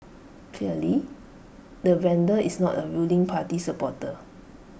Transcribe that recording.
clearly the vandal is not A ruling party supporter